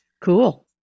Cool